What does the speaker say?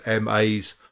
MAs